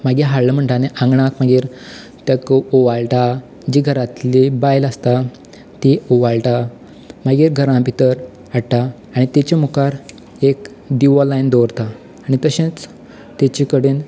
मागी हाडलो म्हणटा आनी आंगणा मागीर तेका ओंवाळटा घरांतली बायल आसता ती ओवाळटा मागीर घरा भितर हाडटा आनी तिच्या मुखार एक दिवो लायन दवरता आनी तशेंच तिचे कडेन